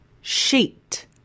sheet